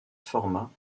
forma